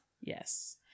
Yes